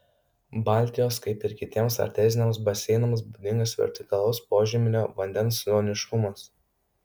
baltijos kaip ir kitiems arteziniams baseinams būdingas vertikalus požeminio vandens zoniškumas